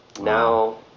now